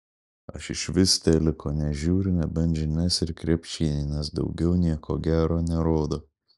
aš išvis teliko nežiūriu nebent žinias ir krepšinį nes daugiau nieko gero nerodo